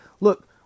Look